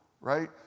right